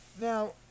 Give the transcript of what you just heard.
Now